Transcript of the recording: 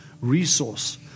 resource